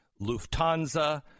Lufthansa